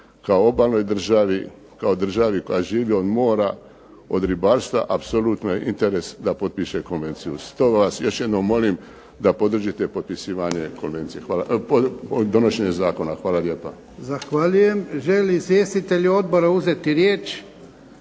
kao obalnoj državi, kao državi koja živi od mora, od ribarstva apsolutno je interes da potpiše konvenciju. Stoga vas, još jednom molim, da podržite potpisivanje konvencije, donošenje zakona. Hvala lijepa. **Jarnjak, Ivan (HDZ)** Zahvaljujem. Želi li izvjestitelj odbora uzeti riječ?